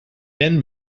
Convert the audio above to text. then